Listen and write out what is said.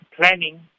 planning